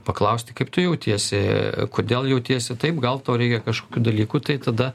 paklausti kaip tu jautiesi kodėl jautiesi taip gal tau reikia kažkokių dalykų tai tada